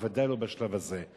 ודאי לא בשלב הזה.